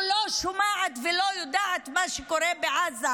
שאני לא שומעת ולא יודעת מה שקורה בעזה,